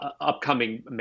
upcoming